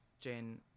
Jane